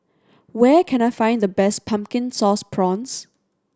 where can I find the best Pumpkin Sauce Prawns